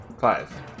Five